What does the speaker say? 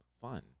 fun